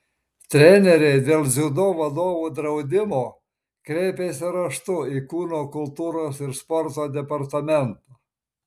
treneriai dėl dziudo vadovų draudimo kreipėsi raštu į kūno kultūros ir sporto departamentą